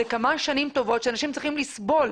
אלה כמה שנים טובות שאנשים צריכים לסבול.